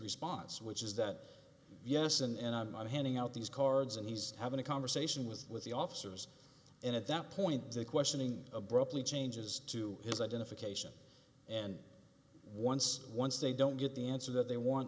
response which is that yes and i'm handing out these cards and he's having a conversation with with the officers and at that point the questioning abruptly changes to his identification and once once they don't get the answer that they want